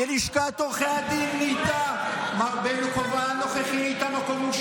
זה בגלל הבחירות, אחרת אתם לא הייתם מעלים את זה.